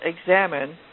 examine